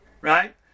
right